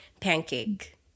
pancake